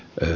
ellei